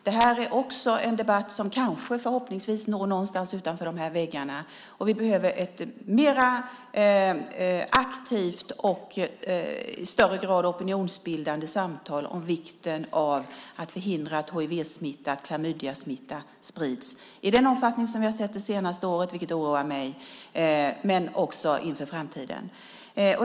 Det här är också en debatt som förhoppningsvis når någonstans utanför de här väggarna, och vi behöver ett mer aktivt och i högre grad opinionsbildande samtal om vikten av att vi förhindrar att hivsmitta och klamydiasmitta sprids i den omfattning som vi har sett det senaste året, vilket oroar mig, men också inför framtiden.